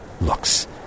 looks